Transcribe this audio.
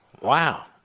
Wow